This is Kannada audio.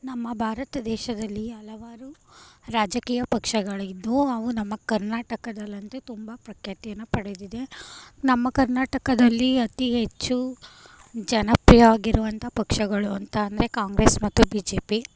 ನಮ್ಮ ಭಾರತ ದೇಶದಲ್ಲಿ ಹಲವಾರು ರಾಜಕೀಯ ಪಕ್ಷಗಳಿದ್ದು ಅವು ನಮ್ಮ ಕರ್ನಾಟಕದಲ್ಲಂತೂ ತುಂಬ ಪ್ರಖ್ಯಾತಿಯನ್ನ ಪಡೆದಿದೆ ನಮ್ಮ ಕರ್ನಾಟಕದಲ್ಲಿ ಅತಿ ಹೆಚ್ಚು ಜನಪ್ರಿಯವಾಗಿರುವಂಥ ಪಕ್ಷಗಳು ಅಂತ ಅಂದರೆ ಕಾಂಗ್ರೆಸ್ ಮತ್ತು ಬಿ ಜೆ ಪಿ